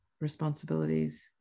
responsibilities